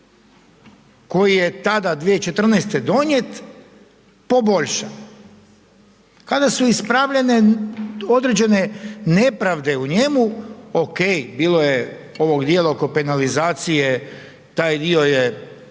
koji je tada 2014. donijet poboljša, kada su ispravljene određene nepravde u njemu, ok, bilo je ovog djela oko penalizacije, taj di je